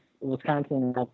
wisconsin